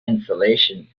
insulation